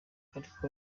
ariko